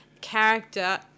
character